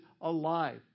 alive